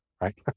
right